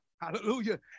Hallelujah